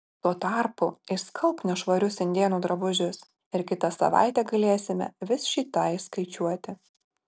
tuo tarpu išskalbk nešvarius indėnų drabužius ir kitą savaitę galėsime vis šį tą išskaičiuoti